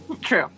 true